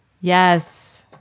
Yes